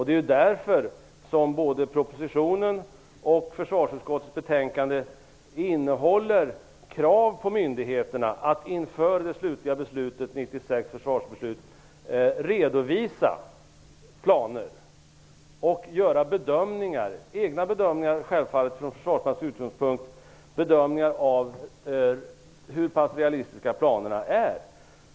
Det är därför som både propositionen och försvarsutskottets betänkande innehåller krav på myndigheterna att inför det slutliga försvarsbeslutet 1996 redovisa planer och göra egna bedömningar, självfallet utifrån Försvarsmaktens utgångspunkt, av hur pass realistiska planerna är.